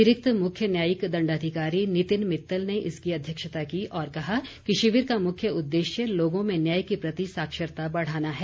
अतिरिक्त मुख्य न्यायिक दण्डाधिकारी नितिन मित्तल ने इसकी अध्यक्षता की और कहा कि शिविर का मुख्य उद्देश्य लोगों में न्याय के प्रति साक्षरता बढ़ाना है